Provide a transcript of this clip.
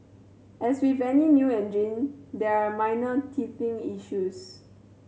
as with any new engine there are minor teething issues